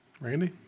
Randy